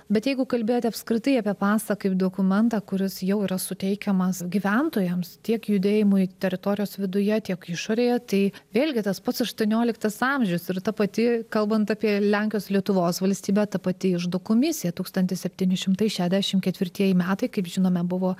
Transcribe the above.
bet jeigu kalbėti apskritai apie pasą kaip dokumentą kuris jau yra suteikiamas gyventojams tiek judėjimui teritorijos viduje tiek išorėje tai vėlgi tas pats aštuonioliktas amžius ir ta pati kalbant apie lenkijos lietuvos valstybę ta pati iždo komisija tūkstantis septyni šimtai šešiasdešimt ketvirtieji metai kaip žinome buvo